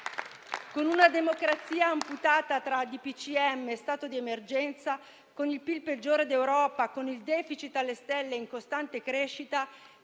Con una democrazia amputata, tra DPCM e stato di emergenza, con il PIL peggiore d'Europa, con il *deficit* alle stelle e in costante crescita,